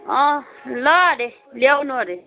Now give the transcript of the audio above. अँ ल अरे ल्याउनु अरे